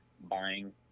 buying